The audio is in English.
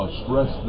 stress